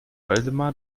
waldemar